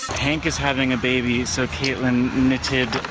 hank is having a baby, so katelyn knitted, ah,